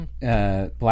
Black